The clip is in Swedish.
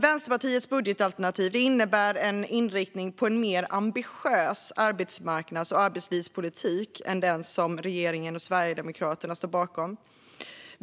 Vänsterpartiets budgetalternativ innebär en inriktning på en mer ambitiös arbetsmarknads och arbetslivspolitik än den som regeringen och Sverigedemokraterna står bakom.